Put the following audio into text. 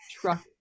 truck